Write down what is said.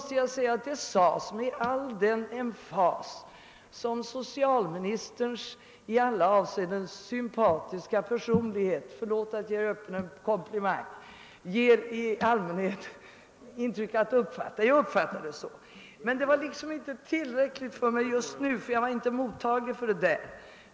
Detta sades med den emfas som socialministerns i alla avseenden sympatiska personlighet — förlåt en öppen komplimang! — i allmänhet ger åt vad han säger. Men det var inte tillräckligt för mig just nu; jag var inte mottaglig för denna emfas.